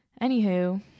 anywho